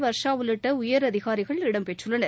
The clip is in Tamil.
வர்ஷா உள்ளிட்ட உயர் அதிகாரிகள் இடம்பெற்றுள்ளனர்